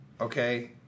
Okay